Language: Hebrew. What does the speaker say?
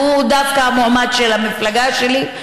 והוא דווקא המועמד של המפלגה שלי,